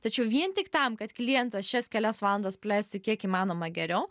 tačiau vien tik tam kad klientas šias kelias valandas praleistų kiek įmanoma geriau